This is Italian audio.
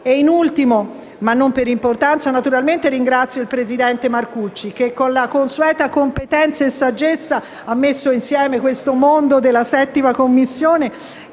In ultimo, ma non per importanza, ringrazio il presidente Marcucci che, con la consueta competenza e saggezza, ha messo insieme questo mondo della 7a Commissione